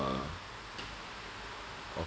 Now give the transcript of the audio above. of